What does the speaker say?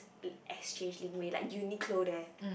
l~ Exchange Linkway like Uniqlo there